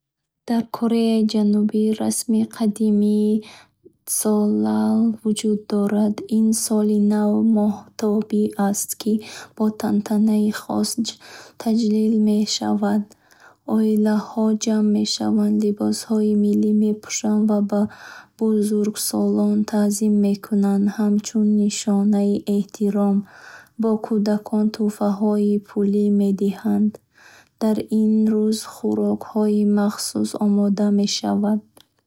Дар Кореяи Ҷанубӣ расми қадимии Тсоллал вуҷуд дорад. Ин Соли нави моҳтобӣ аст, ки бо тантанаҳои хос таҷлил мешавад. Оилаҳо ҷамъ мешаванд, либосҳои милли мепӯшанд ва ба бузургсолон тазим мекунанд ҳамчун нишонаи эҳтиром. Ба кӯдакон тӯҳфаҳои пулӣ медиҳанд. Дар ин рӯз хӯрокҳои махсус омода мешавад.